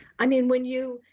i mean, when you,